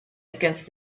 against